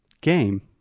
game